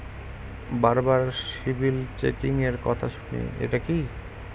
বারবার সিবিল চেকিংএর কথা শুনি এটা কি?